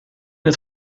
het